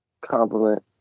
compliment